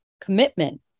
commitment